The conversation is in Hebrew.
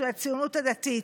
של הציונות הדתית,